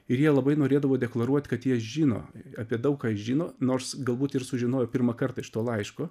ir jie labai norėdavo deklaruot kad jie žino apie daug ką žino nors galbūt ir sužinojo pirmą kartą iš to laiško